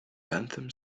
bentham